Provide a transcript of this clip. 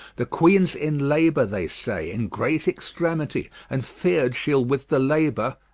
the queens in labor they say in great extremity, and fear'd shee'l with the labour,